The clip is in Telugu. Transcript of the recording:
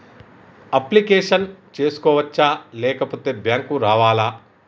అప్లికేషన్ చేసుకోవచ్చా లేకపోతే బ్యాంకు రావాలా?